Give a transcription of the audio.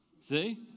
see